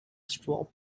straw